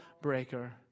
breaker